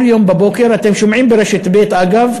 כל יום בבוקר אתם שומעים ברשת ב' אגב,